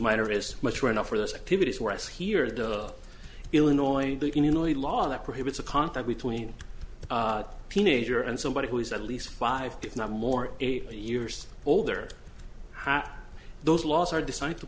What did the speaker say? minor is mature enough for those activities whereas here the illinois community law that prohibits a contact between peonage or and somebody who is at least five if not more eight years older those laws are designed to